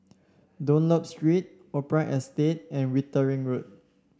Dunlop Street Opera Estate and Wittering Road